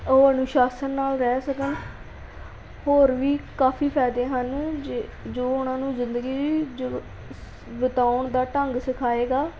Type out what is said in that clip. ਉਹ ਅਨੁਸ਼ਾਸ਼ਨ ਨਾਲ ਰਹਿ ਸਕਣ ਹੋਰ ਵੀ ਕਾਫ਼ੀ ਫ਼ਾਇਦੇ ਹਨ ਜ ਜੋ ਉਨ੍ਹਾਂ ਨੂੰ ਜਿੰਦਗੀ ਜ ਬਿਤਾਉਣ ਦਾ ਢੰਗ ਸਿਖਾਏਗਾ